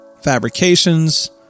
Fabrications